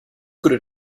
could